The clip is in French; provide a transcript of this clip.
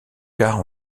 car